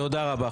תודה רבה.